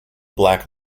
black